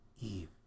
Eve